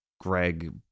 Greg